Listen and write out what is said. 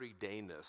everydayness